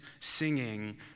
singing